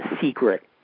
secret